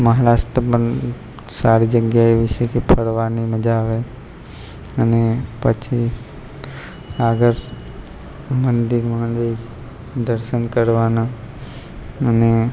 મહારાષ્ટ્ર પણ સારી જગ્યા એવી છે કે ફરવાની મજા આવે અને પછી આગળ મંદિરમાં જઈ દર્શન કરવાના અને